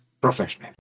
professionally